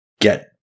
get –